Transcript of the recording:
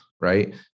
right